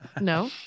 No